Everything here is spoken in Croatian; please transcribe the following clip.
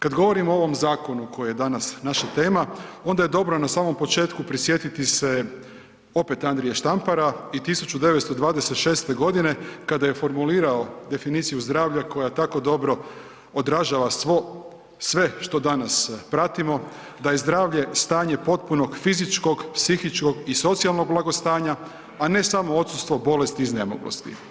Kad govorimo o ovom zakonu koji je danas naša tema onda je dobro na samom početku prisjetiti se opet Andrije Štampara i 1926. godine kada je formulirao definiciju zdravlja koja tako dobro odražava svo, sve što danas pratimo, da je zdravlje stanje potpunog fizičkog, psihičkog i socijalnog blagostanja, a ne samo odsustvo bolesti i iznemoglosti.